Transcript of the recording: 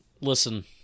Listen